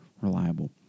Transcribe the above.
reliable